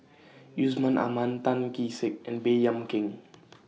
Yusman Aman Tan Kee Sek and Baey Yam Keng